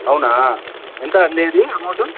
అవునా ఎంత అండి ఇది అమౌంటు